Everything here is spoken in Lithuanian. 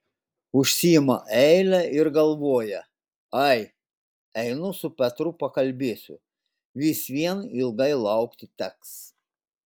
užsiima eilę ir galvoja ai einu su petru pakalbėsiu vis vien ilgai laukti teks